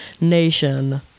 Nation